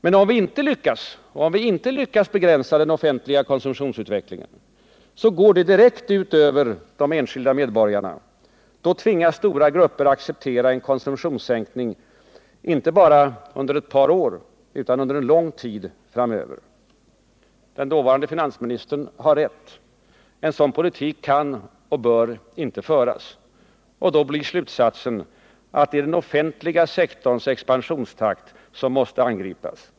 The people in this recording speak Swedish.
Men om vi inte lyckas begränsa den offentliga konsumtionsutvecklingen, går det direkt ut över de enskilda medborgarna. Då tvingas stora grupper acceptera en konsumtionssänkning, inte bara under ett par år utan under en lång tid framöver. Den dåvarande finansministern har rätt. En sådan politik kan och bör inte föras. Då blir slutsatsen att det är den offentliga sektorns expansionstakt som måste angripas.